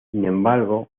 embargo